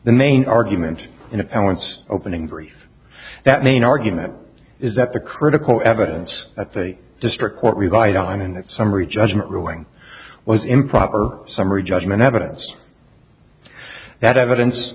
the main argument in appellants opening brief that main argument is that the critical evidence that the district court revised on in that summary judgment ruling was improper summary judgment evidence that evidence